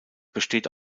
besteht